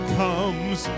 comes